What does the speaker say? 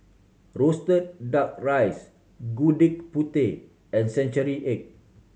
roasted Duck Rice Gudeg Putih and century egg